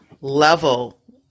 level